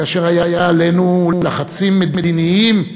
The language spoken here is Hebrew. כאשר היו עלינו לחצים מדיניים,